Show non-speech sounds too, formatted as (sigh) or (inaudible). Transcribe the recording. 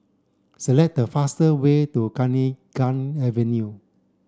select the fastest way to (unintelligible) Avenue